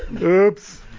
oops